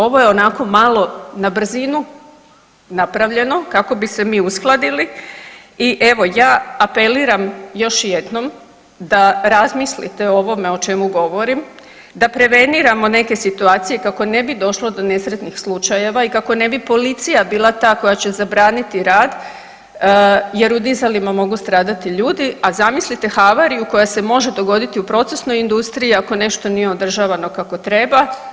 Ovo je onako malo na brzinu napravljeno kako bi se mi uskladili i evo ja apeliram još jednom da razmislite o ovome o čemu govorim da preveniramo neke situacije kako ne bi došlo do nesretnih slučajeva i kako ne bi policija bila ta koja će zabraniti rad, jer u dizalima mogu stradati ljudi, a zamislite havariju koja se može dogoditi u procesnoj industriji ako nešto nije održavano kako treba.